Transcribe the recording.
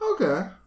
okay